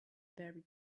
very